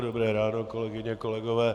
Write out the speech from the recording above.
Dobré ráno, kolegyně, kolegové.